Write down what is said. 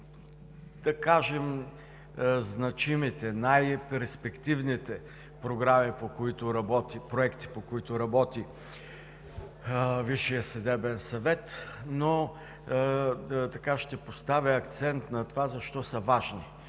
да кажем, най-значимите, най-перспективните проекти, по които работи Висшият съдебен съвет, но ще поставя акцент на това защо са важни